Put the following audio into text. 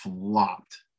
flopped